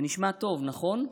זה נשמע טוב, נכון?